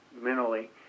mentally